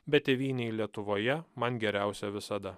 bet tėvynėj lietuvoje man geriausia visada